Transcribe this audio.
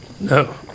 No